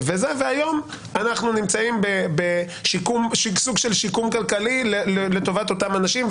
והיום אנחנו נמצאים בסוג של שיקום כלכלי לטובת אותם אנשים,